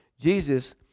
Jesus